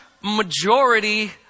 majority